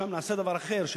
שם נעשה דבר אחר,